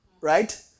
right